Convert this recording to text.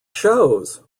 shows